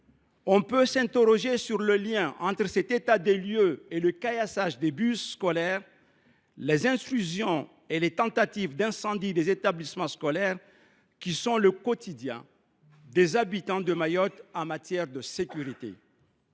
on peut s’interroger sur le lien entre cet état des lieux et le caillassage des bus scolaires, les intrusions et les tentatives d’incendie des établissements scolaires, qui sont le quotidien des habitants de Mayotte. Hier matin encore,